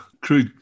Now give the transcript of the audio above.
crew